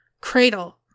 Cradle